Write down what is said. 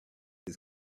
his